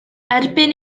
erbyn